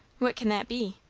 what can that be?